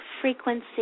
frequency